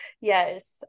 Yes